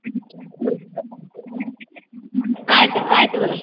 ಹ್ಞೂ ಆಯಿತು ಆಯಿತು ಮೇಡಮ್